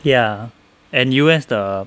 ya and U_S 的